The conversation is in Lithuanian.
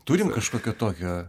turim kažkokio tokio